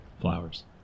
Flowers